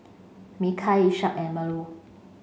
Mikhail Ishak and Melur